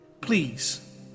please